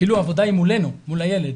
כאילו העבודה היא מולנו, מול הילד.